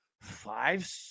five